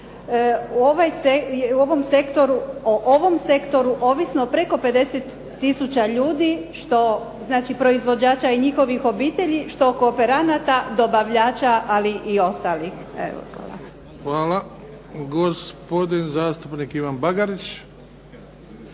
o ovom sektoru ovisno preko 50 tisuća ljudi što znači proizvođača i njihovih obitelji, što kooperanata, dobavljača, ali i ostalih. Evo, hvala. **Bebić, Luka (HDZ)** Hvala. Gospodin zastupnik Ivan Bagarić.